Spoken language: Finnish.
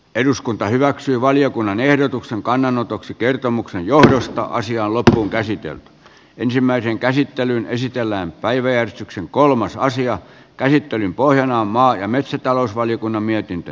eduskunta hyväksyy valiokunnan ehdotuksen kannanotoksi kertomuksen johdosta asiaan lophuun käsityön ensimmäisen käsittelyn esitellään päiväjärjestyksen kolmas aasian käsittelyn pohjana on maa ja metsätalousvaliokunnan mietintö